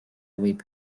võib